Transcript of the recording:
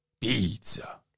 Pizza